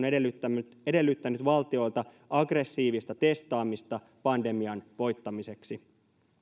edellyttänyt edellyttänyt valtioilta aggressiivista testaamista pandemian voittamiseksi